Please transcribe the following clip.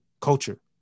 culture